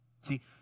See